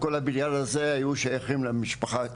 מכל הבניין הזה היו שייכים למשפחה,